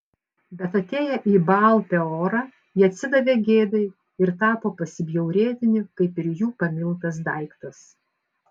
bet atėję į baal peorą jie atsidavė gėdai ir tapo pasibjaurėtini kaip ir jų pamiltas daiktas